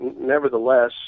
nevertheless